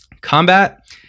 combat